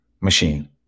machine